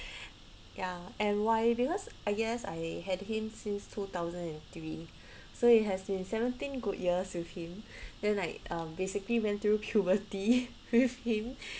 ya and why because I guess I had him since two thousand and three so it has been seventeen good years with him then like uh basically went through puberty with him